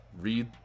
read